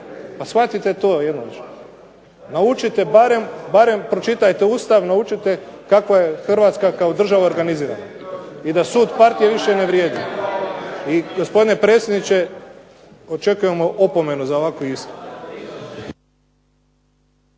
to više jednom shvatite. Naučite barem, pročitajte Ustav i naučite kako je Hrvatska danas organizirana i da sud partije više ne vrijedi i gospodine predsjedniče očekujemo opomenu za ovakav istup.